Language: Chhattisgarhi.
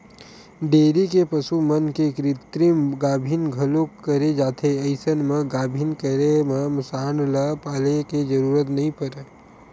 डेयरी के पसु मन के कृतिम गाभिन घलोक करे जाथे अइसन म गाभिन करे म सांड ल पाले के जरूरत नइ परय